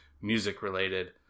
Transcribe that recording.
music-related